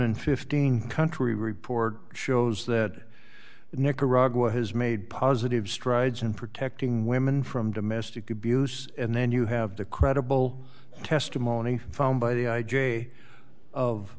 and fifteen country report shows that nicaragua has made positive strides in protecting women from domestic abuse and then you have the credible testimony found by the i j a of